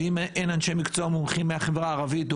ואם אין אנשי מקצוע מומחים מהחברה הערבית,